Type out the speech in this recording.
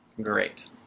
Great